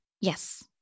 Yes